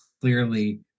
clearly